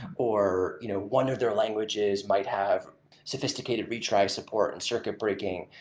or you know one of their languages might have sophisticated retry support and circuit breaking,